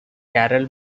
carol